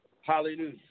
Hallelujah